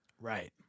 Right